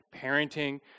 parenting